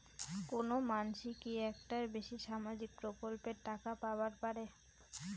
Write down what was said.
কোনো মানসি কি একটার বেশি সামাজিক প্রকল্পের টাকা পাবার পারে?